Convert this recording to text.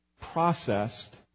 processed